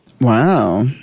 Wow